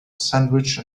sandwich